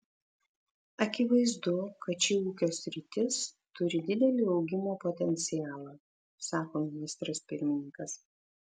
akivaizdu kad ši ūkio sritis turi didelį augimo potencialą sako ministras pirmininkas